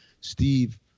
Steve